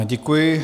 Děkuji.